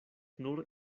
nur